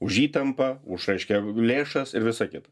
už įtampą už reiškia lėšas ir visa kita